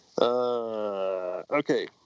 Okay